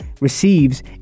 receives